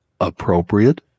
appropriate